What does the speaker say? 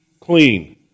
clean